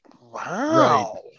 Wow